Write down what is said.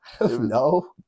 no